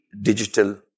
digital